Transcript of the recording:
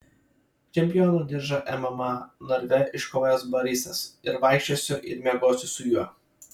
čempiono diržą mma narve iškovojęs barysas ir vaikščiosiu ir miegosiu su juo